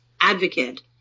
advocate